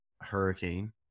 hurricane